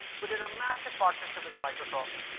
we did a massive partnership with microsoft,